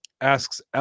asks